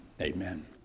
amen